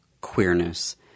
queerness